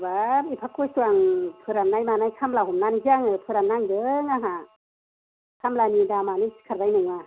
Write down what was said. बाब एफा खस्थ' आं फोरान्नाय मानाय खामला हमनानैसो आङो फोराननांदों आंहा खामलानि दामानो सिखारनाय नङा